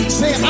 say